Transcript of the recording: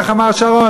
איך אמר שרון?